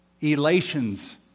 elations